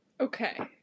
Okay